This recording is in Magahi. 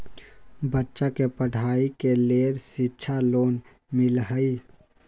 बच्चा के पढ़ाई के लेर शिक्षा लोन मिलहई?